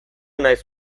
nahiz